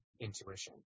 intuition